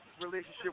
relationship